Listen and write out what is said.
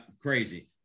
crazy